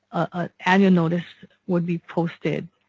an annual notice would be posted